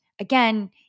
again